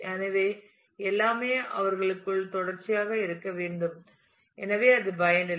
எனவே எல்லாமே அவர்களுக்குள் தொடர்ச்சியாக இருக்க வேண்டும் எனவே அது பயனில்லை